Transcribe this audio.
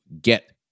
get